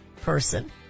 person